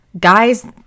Guys